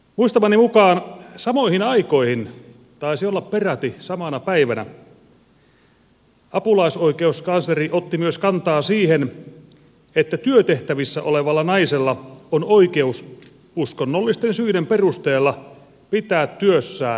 muistamani mukaan samoihin aikoihin taisi olla peräti samana päivänä apulaisoikeuskansleri otti myös kantaa siihen että työtehtävissä olevalla naisella on oikeus uskonnollisten syiden perusteella pitää työssään huivia